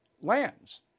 lands